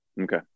Okay